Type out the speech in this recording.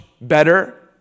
better